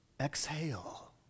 exhale